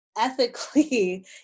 ethically